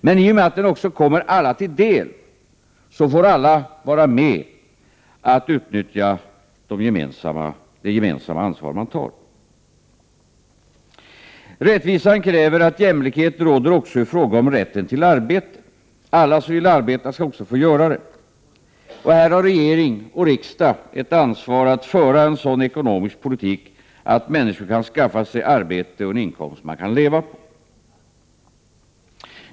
Men i och med att den också kommer alla till del får alla vara med att utnyttja det gemensamma ansvaret som tas. Rättvisan kräver att jämlikhet råder också i fråga om rätten till arbete. Alla som vill arbeta skall också få göra det. Regering och riksdag har ett ansvar att föra en sådan ekonomisk politik att människor kan skaffa sig arbete och en inkomst som de kan leva på.